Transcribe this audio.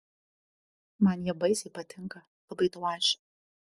man jie baisiai patinka labai tau ačiū